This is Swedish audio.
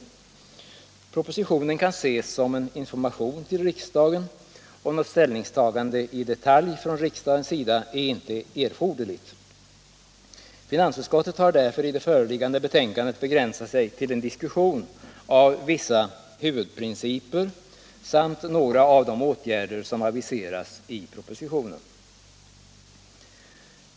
Propositionen kan ses som en information till riksdagen, och något ställningstagande i detalj från riksdagens sida är inte erforderligt. Finansutskottet har därför i det föreliggande betänkandet begränsat sig till en diskussion av vissa huvudprinciper samt några av de åtgärder som aviserats i propositionen.